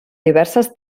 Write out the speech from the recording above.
diverses